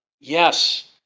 Yes